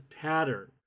pattern